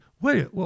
wait